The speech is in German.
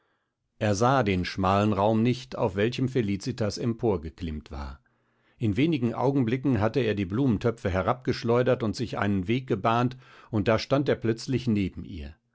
er sah den schmalen raum nicht auf welchem felicitas emporgeklimmt war in wenig augenblicken hatte er die blumentöpfe herabgeschleudert und sich einen weg gebahnt und da stand er plötzlich neben ihr